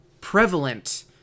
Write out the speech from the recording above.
prevalent